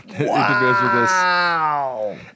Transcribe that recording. Wow